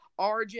RJ